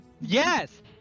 Yes